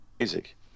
Isaac